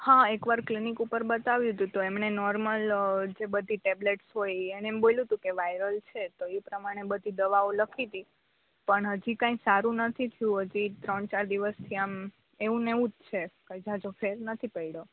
હા એક વાર ક્લિનિક ઉપર બતાવ્યું તું તો એમને નોર્મલ અ બધી ટેબ્લેસ હોય એને એમ બોલીયું તું કે વાઈલર છે તો ઇ પ્રમાણે બધી દવાઓ લખીતી પણ હજી કાઇ સારું નથી થયુ હજી ત્રણ ચાર દિવસથી આમ એવું ને એવું જ છે કઈ જાજો ફેર નથી પેઈડો